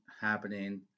happening